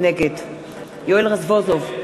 נגד יואל רזבוזוב,